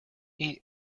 eat